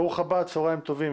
ברוך הבא, צהריים טובים.